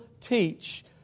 teach